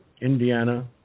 Indiana